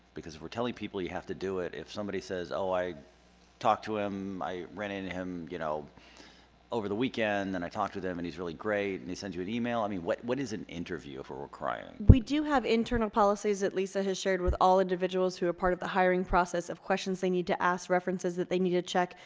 because we're telling people you have to do it. if somebody says, oh i talked to him, i ran into him you know over the weekend, and i talked to them, and he's really great, and he sent you an email. i mean, what what is an interview if we're requiring it? we do have internal policies that lisa has shared with all individuals who are part of the hiring process of questions they need to ask, references that they need to check.